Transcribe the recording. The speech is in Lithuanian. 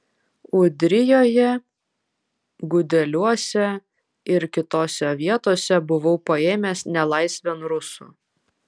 ūdrijoje gudeliuose ir kitose vietose buvau paėmęs nelaisvėn rusų